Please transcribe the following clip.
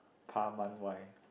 Pah Mun Wai